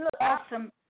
awesome